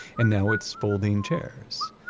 and now it's folding chairs.